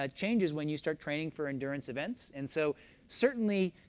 ah changes when you start training for endurance events. and so certainly,